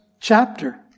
chapter